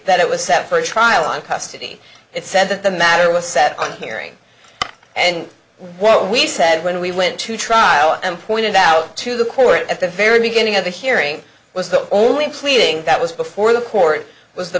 that it was set for trial on custody it said that the matter was set on hearing and what we said when we went to trial and pointed out to the court at the very beginning of the hearing was the only pleading that was before the court was the